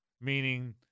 Meaning